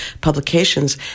publications